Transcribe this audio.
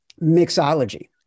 mixology